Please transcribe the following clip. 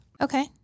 Okay